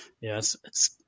yes